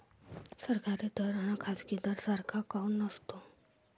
सरकारी दर अन खाजगी दर सारखा काऊन नसतो?